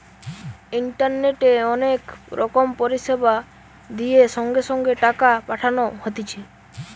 ইন্টারনেটে অনেক রকম পরিষেবা দিয়ে সঙ্গে সঙ্গে টাকা পাঠানো হতিছে